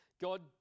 god